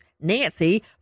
nancy